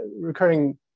recurring